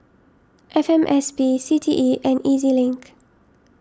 F M S P C T E and E Z Link